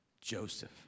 Joseph